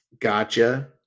Gotcha